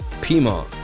Pima